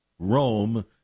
Rome